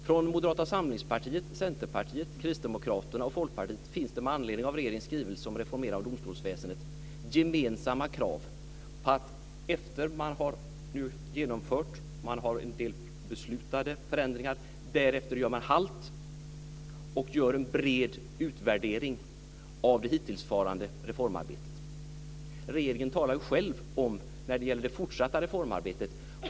Från Moderata samlingspartiet, Centerpartiet, Kristdemokraterna och Folkpartiet finns det med anledning av regeringens skrivelse om reformerande av domstolsväsendet gemensamma krav: Efter det att man har genomfört detta - man har en del förändringar som är beslutade om - så gör man halt och gör en bred utvärdering av det hittillsvarande reformarbetet. Regeringen talar ju själv om en utvärdering när det gäller det fortsatta reformarbetet.